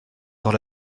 dans